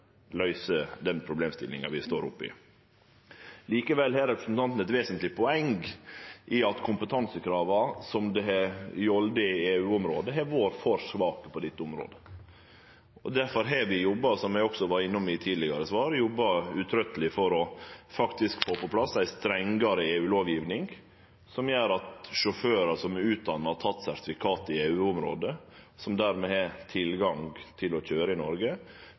løyser den problemstillinga vi står oppe i. Likevel har representanten eit vesentleg poeng i at kompetansekrava som har golde i EU-området, har vore for svake på dette området. Difor har vi, som eg også var innom i eit tidlegare svar, jobba iherdig for faktisk å få på plass ei strengare EU-lovgjeving, som gjer at sjåførar som er utdanna og har teke sertifikat i EU-området, som dermed har tilgang til å køyre i Noreg,